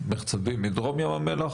לחצוב בדרום ים המלח?